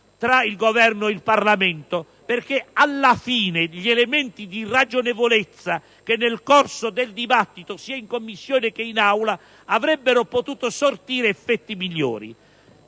tra il Governo e il Parlamento, perché alla fine gli elementi di ragionevolezza emersi nel corso del dibattito sia in Commissione che in Aula avrebbero potuto sortire effetti migliori.